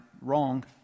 wrong